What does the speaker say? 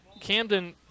Camden